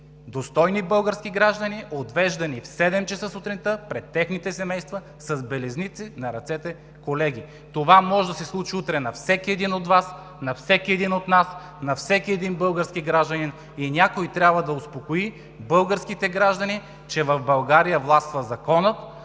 достойни български граждани са отвеждани в 7,00 ч. сутринта пред техните семейства с белезници на ръцете. Колеги, това може да се случи утре на всеки един от Вас, на всеки един от нас, на всеки един български гражданин и някой трябва да успокои българските граждани, че в България властва законът,